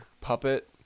puppet